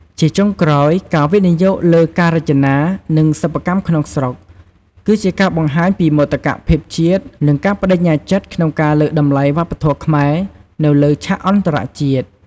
ជាចុងក្រោយ ការវិនិយោគលើការរចនា និងសិប្បកម្មក្នុងស្រុក គឺជាការបង្ហាញពី មោទកភាពជាតិ និង ការប្តេជ្ញាចិត្តក្នុងការលើកតម្លៃវប្បធម៌ខ្មែរនៅលើឆាកអន្តរជាតិ។